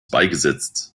beigesetzt